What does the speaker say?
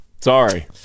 sorry